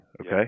Okay